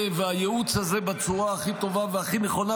והייעוץ הזה בצורה הכי טובה והכי נכונה,